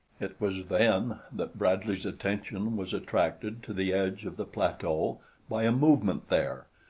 it was then that bradley's attention was attracted to the edge of the plateau by a movement there,